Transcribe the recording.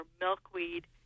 milkweed